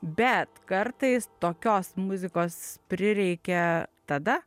bet kartais tokios muzikos prireikia tada